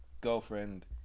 girlfriend